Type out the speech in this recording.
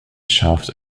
shaft